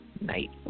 night